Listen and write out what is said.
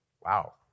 Wow